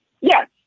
Yes